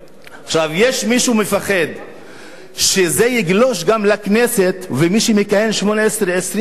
יש מי שמפחד שזה יגלוש גם לכנסת ומי שמכהן 18 20 שנה,